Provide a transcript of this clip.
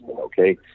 okay